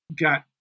got